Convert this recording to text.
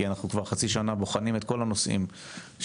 אנחנו כבר חצי שנה בוחנים את כל הנושאים בתחום,